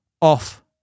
off